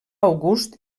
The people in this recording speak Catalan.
august